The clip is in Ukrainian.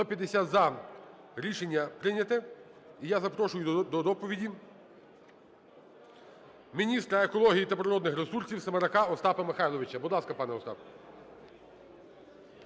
За-150 Рішення прийнято. І я запрошую до доповіді міністра екології та природних ресурсів Семерака Остапа Михайловича. Будь ласка, пане Остапе.